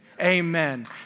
Amen